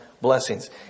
blessings